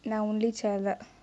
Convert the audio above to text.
நா:naa only child